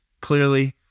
clearly